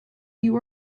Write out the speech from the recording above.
you